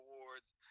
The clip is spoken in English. Awards